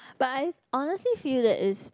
but I honestly feel that it's